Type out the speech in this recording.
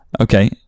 okay